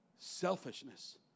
Selfishness